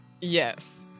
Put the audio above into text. Yes